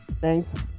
Thanks